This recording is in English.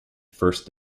first